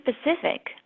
specific